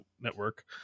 network